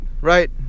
right